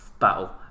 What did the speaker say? Battle